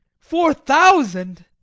four thousand!